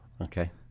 okay